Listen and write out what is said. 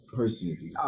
personally